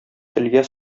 телгә